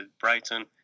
Brighton